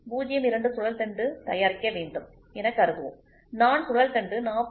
02 சுழல்தண்டு தயாரிக்க வேண்டும் எனக்கருதுவோம் நான் சுழல் தண்டு 40